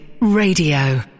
Radio